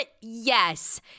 Yes